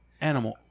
Animal